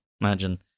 Imagine